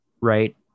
right